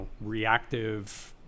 reactive